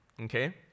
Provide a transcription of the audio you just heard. okay